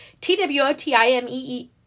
T-W-O-T-I-M-E-E